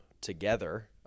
together